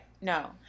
No